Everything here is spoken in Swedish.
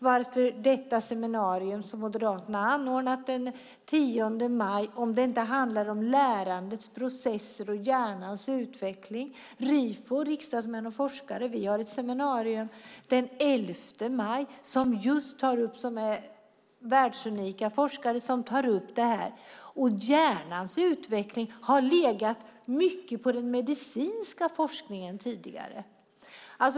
Varför skulle Moderaterna anordna ett seminarium den 10 maj om det inte handlade om lärandets processer och hjärnans utveckling? Rifo, Riksdagsmän och forskare, har ett seminarium den 11 maj med världsunika forskare som tar upp detta. Hjärnans utveckling har legat mycket på den medicinska forskningen tidigare.